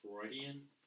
Freudian